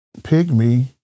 pygmy